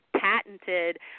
patented